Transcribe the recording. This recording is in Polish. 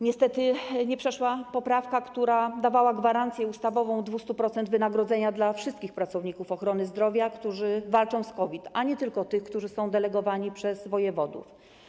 Niestety nie przeszła poprawka, która dawała ustawową gwarancję 200% wynagrodzenia dla wszystkich pracowników ochrony zdrowia, którzy walczą z COVID, a nie tylko dla tych, którzy są delegowani przez wojewodów.